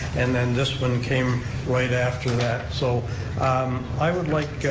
and then this one came right after that. so i would like